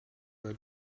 were